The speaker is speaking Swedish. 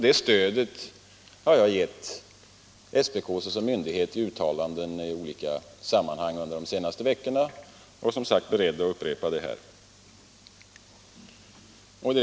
Det stödet har jag gett SPK såsom myndighet i uttalanden i olika sammanhang under de senaste veckorna —- och jag är, som sagt, beredd att upprepa det här.